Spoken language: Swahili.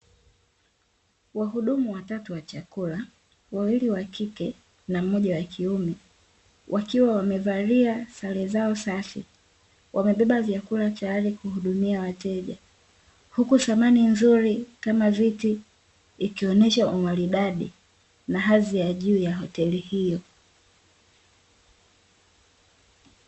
Wahudumu watatu wa chakula; wawili wa kike, na mmoja wa kiume, wakiwa wamevalia sare zao safi, wamebeba vyakula tayari kuhudumia wateja, huku samani nzuri kama viti ikionesha umaridadi na hadhi ya juu ya hoteli hio.